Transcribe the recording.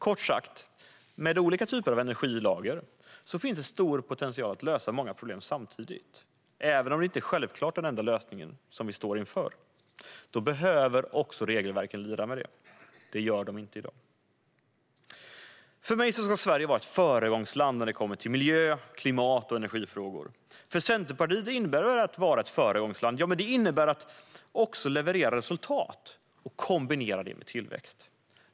Kort sagt - med olika typer av energilager finns det stor potential att lösa många problem samtidigt, även om det självklart inte är den enda lösningen på de problem vi står inför. Regelverken behöver också lira med det. Det gör de inte i dag. Sverige ska vara ett föregångsland när det gäller miljö, klimat och energifrågor. Att vara ett föregångsland innebär för Centerpartiet att man levererar resultat och kombinerar det med tillväxt.